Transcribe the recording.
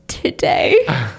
today